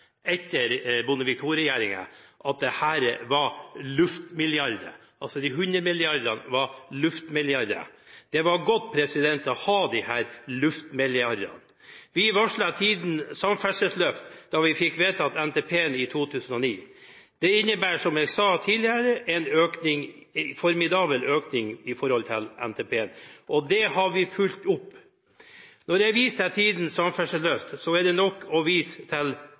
etter Bondevik II-regjeringen, var de 100 mrd. kr luftmilliarder. Det var godt å ha disse luftmilliardene. Vi varslet tidenes samferdselsløft da vi fikk vedtatt NTP-en i 2009. Det innebærer, som jeg sa tidligere, en formidabel økning i forhold til NTP-en. Og det har vi fulgt opp. Når det vises til tidenes samferdselsløft, er nok å vise til